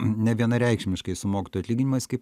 nevienareikšmiškai su mokytojų atlyginimais kaip